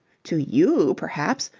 to you, perhaps.